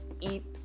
eat